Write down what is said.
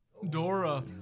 Dora